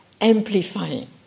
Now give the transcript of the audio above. amplifying